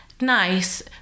nice